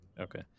Okay